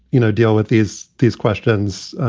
you know, deal with these these questions.